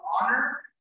honor